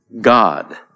God